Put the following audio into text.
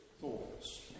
thoughts